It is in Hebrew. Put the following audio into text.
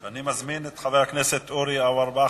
אני מזמין את חבר הכנסת אורי אורבך.